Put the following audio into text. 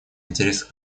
интересах